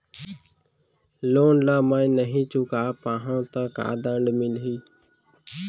Loan ला मैं नही चुका पाहव त का दण्ड मिलही?